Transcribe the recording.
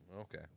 Okay